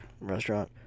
restaurant